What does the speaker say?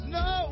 no